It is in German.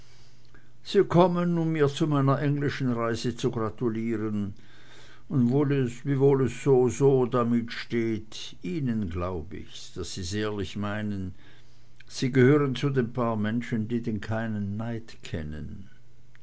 sie kommen um mir zu meiner englischen reise zu gratulieren und wiewohl es soso damit steht ihnen glaub ich's daß sie's ehrlich meinen sie gehören zu den paar menschen die keinen neid kennen